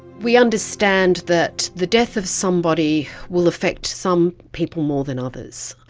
we understand that the death of somebody will affect some people more than others,